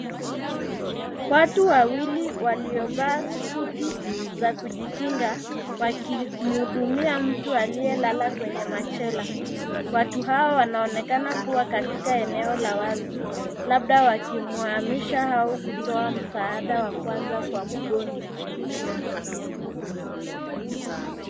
Watu wawili waliovaa suti za kujikinga wakimhudumia mtu aliyelala kwenye machela . Watu hawa wanaonekana kuwa katika eneo la wazi labda wakimhamisha au kutoa msaada wa kwanza kwa mgonjwa.